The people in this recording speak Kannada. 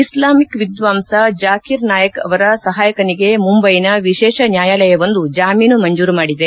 ಇಸ್ಲಾಮಿಕ್ ವಿದ್ವಾಂಸ ಜಾಕೀರ್ ನಾಯಕ್ ಅವರ ಸಹಾಯಕನಿಗೆ ಮುಂಬೈನ ವಿಶೇಷ ನ್ಯಾಯಾಲವೊಂದು ಜಾಮೀನು ಮಂಜೂರು ಮಾಡಿದೆ